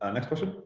um next question?